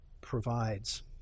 provides